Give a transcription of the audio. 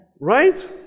Right